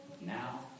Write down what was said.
now